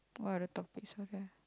what are the topics